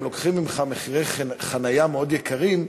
גם לוקחים ממך מחירי חניה מאוד יקרים,